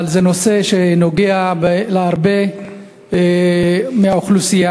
אבל זה נושא שנוגע לרבים באוכלוסייה,